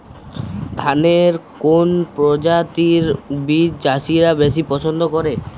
ধানের কোন প্রজাতির বীজ চাষীরা বেশি পচ্ছন্দ করে?